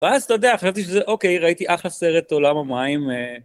ואז אתה יודע, חשבתי שזה אוקיי, ראיתי אחלה סרט, עולם המים...